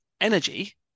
energy